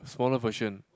smaller version